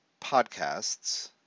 podcasts